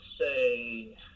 say